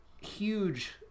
huge